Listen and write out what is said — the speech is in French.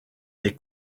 des